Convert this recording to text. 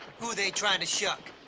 who they trying to shuck?